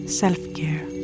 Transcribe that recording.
self-care